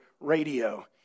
radio